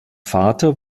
vater